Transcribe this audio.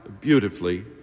beautifully